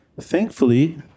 Thankfully